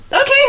Okay